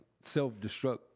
self-destruct